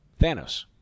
Thanos